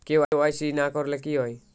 KYC না করলে কি হয়?